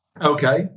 Okay